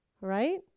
right